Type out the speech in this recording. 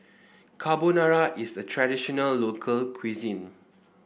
carbonara is a traditional local cuisine